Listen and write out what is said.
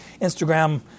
Instagram